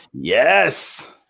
yes